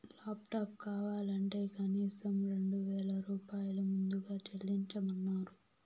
laptop కావాలంటే కనీసం రెండు వేల రూపాయలు ముందుగా చెల్లించమన్నరు